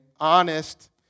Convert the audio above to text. honest